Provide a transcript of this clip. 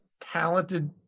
talented